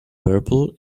purple